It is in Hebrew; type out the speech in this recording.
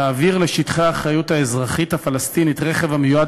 להעביר לשטחי האחריות האזרחית הפלסטינית רכב המיועד